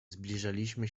zbliżaliśmy